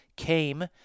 came